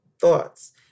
thoughts